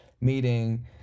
meeting